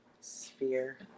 Sphere